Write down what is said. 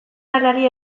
lanari